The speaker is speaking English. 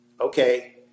okay